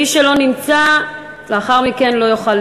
מי שלא נמצא, לאחר מכן לא יוכל